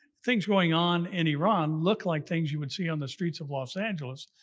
things going on in iran looked like things you would see on the streets of los angeles,